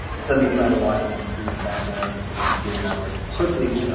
some of you probably were watching my screen in the background, like what is he doing, i was just quickly